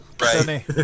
Right